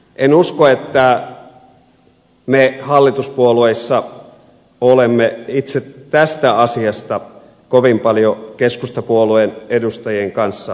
en usko että me hallituspuolueissa olemme itse tästä asiasta kovin paljon keskustapuolueen edustajien kanssa eri mieltä